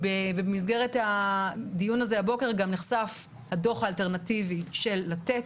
ובמסגרת הדיון הזה הבוקר גם נחשף הדוח האלטרנטיבי של "לתת",